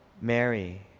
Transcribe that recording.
Mary